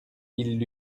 ils